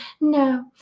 no